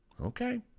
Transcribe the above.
Okay